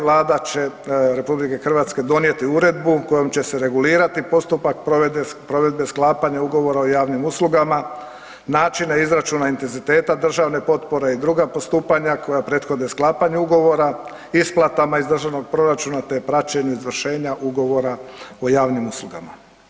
Vlada će RH donijeti uredbu kojom će se regulirati postupak provedbe sklapanja Ugovora o javnim uslugama, načina izračuna i intenziteta državne potpore i druga postupanja koja prethode sklapanju ugovora, isplatama iz državnog proračuna, te praćenju izvršenja Ugovora o javnim uslugama.